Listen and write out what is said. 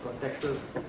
Texas